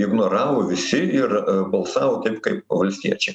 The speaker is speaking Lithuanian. ignoravo visi ir balsavo taip kaip valstiečiai